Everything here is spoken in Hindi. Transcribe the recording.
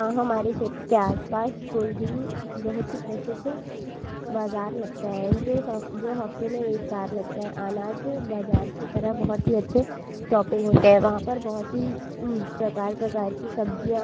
हाँ हमारे क्षेत्र के आस पास कोई भी बहुत ही प्रसिद्ध बाज़ार लगता है जो जो हफ्ते में एक बार लगता है अनाज बाजार की तरह बहुत ही अच्छे शॉपिंग होते हैं वहाँ पर बहुत ही प्रकार प्रकार की सब्जियाँ